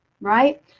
right